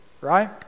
right